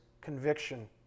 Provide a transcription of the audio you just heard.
conviction